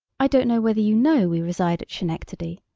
i don't know whether you know we reside at schenectady.